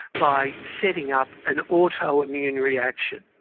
by setting up an autoimmune reaction.